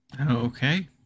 Okay